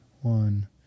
one